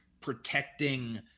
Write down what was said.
protecting